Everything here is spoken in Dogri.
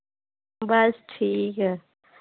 बस ठीक